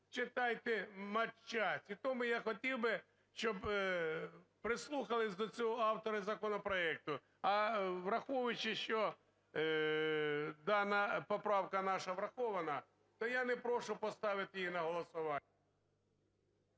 читайте матчасть. І тому я хотів би, щоб прислухались до цього автора законопроекту. А враховуючи, що дана поправка наша врахована, то я не прошу поставити її на голосування.